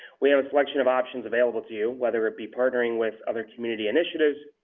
we have a selection of options available to you, whether it be partnering with other community initiatives,